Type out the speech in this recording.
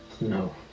No